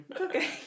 Okay